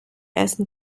essen